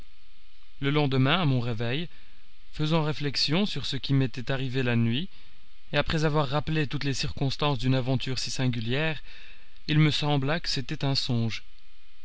le lendemain à mon réveil faisant réflexion sur ce qui m'était arrivé la nuit et après avoir rappelé toutes les circonstances d'une aventure si singulière il me sembla que c'était un songe